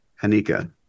hanika